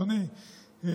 אדוני,